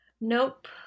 Nope